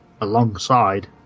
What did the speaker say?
alongside